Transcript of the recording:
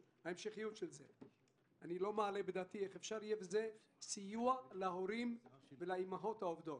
אני לא מעלה בדעתי - וסיוע להורים ולאימהות העובדות.